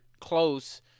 close